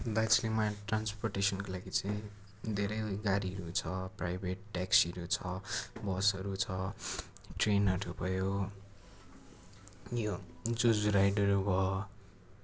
दार्जिलिङमा ट्रान्सपोर्टेसनको लागि चाहिँ धेरै गाडीहरू छ प्राइभेट ट्याक्सीहरू छ बसहरू छ ट्रेनहरू भयो अनि यो जो जो राइडहरू भयो